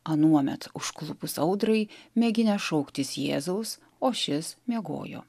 anuomet užklupus audrai mėginę šauktis jėzaus o šis miegojo